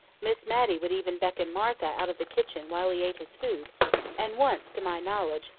miss matty would even beckon martha out of the kitchen while he ate his food and once, to my knowledge,